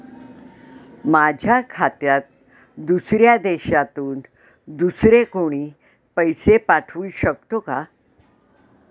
माझ्या खात्यात दुसऱ्या देशातून दुसरे कोणी पैसे पाठवू शकतो का?